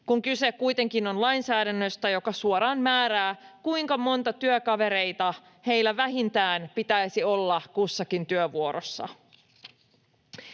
kun kyse kuitenkin on lainsäädännöstä, joka suoraan määrää, kuinka monta työkaveria heillä vähintään pitäisi olla kussakin työvuorossa.